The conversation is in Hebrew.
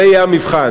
זה יהיה המבחן,